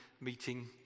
meeting